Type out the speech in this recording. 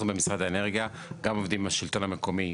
אנחנו במשרד האנרגיה גם עובדים עם השלטון המקומי,